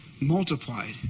multiplied